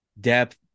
depth